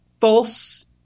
false